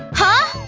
huh?